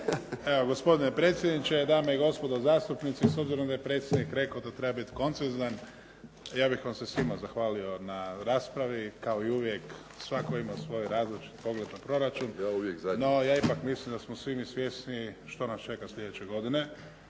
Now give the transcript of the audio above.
Evo, gospodine predsjedniče, dame i gospodo zastupnici. S obzirom da je predsjednik rekao da treba biti koncizan, ja bih vam se svima zahvalio na raspravi. Kao i uvijek, svatko ima svoj različit pogled na proračun, no ja ipak mislim da smo svi mi svjesni što nas čeka sljedeće godine,